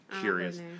curious